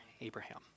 Abraham